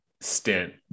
stint